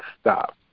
stop